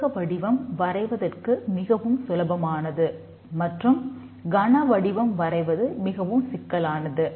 செவ்வக வடிவம் வரைவதற்கு மிகவும் சுலபமானது மற்றும் கன வடிவம் வரைவது மிகவும் சிக்கலானது